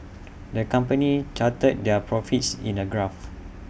the company charted their profits in A graph